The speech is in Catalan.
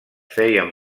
feien